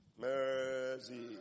Mercy